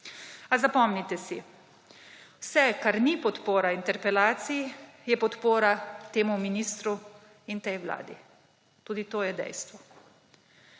A zapomnite si, vse, kar ni podpora interpelaciji, je podpora temu ministru in tej vladi. Tudi to je dejstvo.